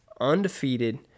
undefeated